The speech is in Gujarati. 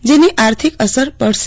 જેની આર્થિક અસર પડશે